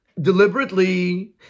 deliberately